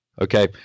Okay